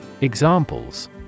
Examples